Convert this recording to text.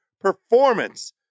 performance